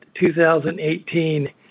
2018